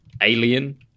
alien